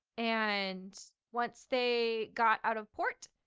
and once they got out of port,